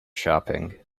shopping